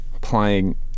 playing